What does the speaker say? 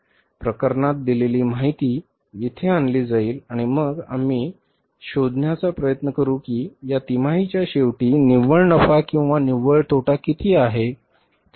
प्रकरणात दिलेली माहिती येथे आणली जाईल आणि मग आम्ही शोधण्याचा प्रयत्न करू की या तिमाहीच्या शेवटी निव्वळ नफा किंवा निव्वळ तोटा किती शिल्लक आहे